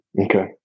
okay